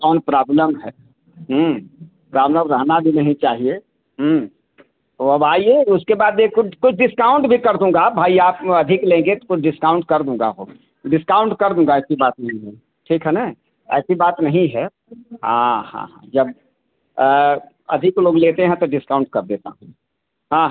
कौन प्राब्लम है प्राब्लम रहना भी नहीं चाहिए तो अब आइए उसके बाद ये कुछ कुछ डिस्काउंट भी कर दूँगा भाई आप अधिक लेंगे तो कुछ डिस्काउंट कर दूँगा हो डिस्काउंट कर दूँगा ऐसी बात नहीं है ठीक है न ऐसी बात नहीं है हाँ हाँ हाँ जब अधिक लोग लेते हैं तो डिस्काउंट कर देता हूँ हाँ